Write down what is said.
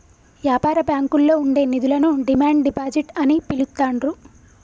యాపార బ్యాంకుల్లో ఉండే నిధులను డిమాండ్ డిపాజిట్ అని పిలుత్తాండ్రు